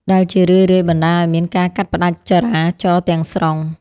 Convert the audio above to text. ដែលជារឿយៗបណ្ដាលឱ្យមានការកាត់ផ្ដាច់ចរាចរណ៍ទាំងស្រុង។